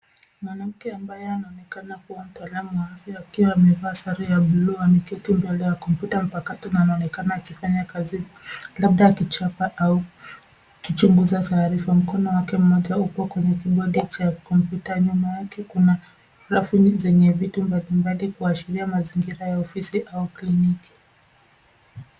Mwanamke ambaye anaonekana kuwa mtaalamu wa afya akiwa amevaa sare ya bluu ameketi mbele ya kompyuta mpakato na anaonekana akifanya kazi, labda akichapa au akichunguza taarifa. Mkono wake mmoja upo kwenye kibodi cha kompyuta. Nyuma yake kuna rafu zenye vitu mbalimbali kuashiria mazingira ya ofisi au kliniki.